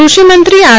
કૃષિ મંત્રી આર